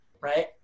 right